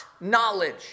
knowledge